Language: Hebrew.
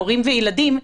הורים וילדים,